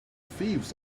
thieves